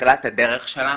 שמתחילה את הדרך שלה,